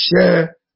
share